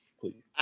please